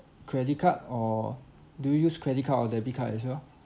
credit card or do you use credit card or debit card as well